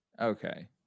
Okay